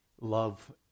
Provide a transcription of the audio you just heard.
love